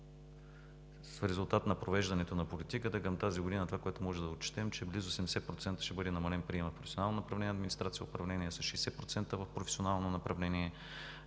В резултат на провеждането на политиката към тази година можем да отчетем, че с близо 70% ще бъде намален приемът в професионално направление „Администрация“, намаление с 60% в професионално направление